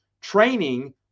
Training